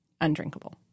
undrinkable